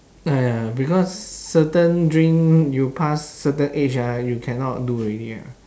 ah ya because certain dream you pass certain age ah you cannot do already ah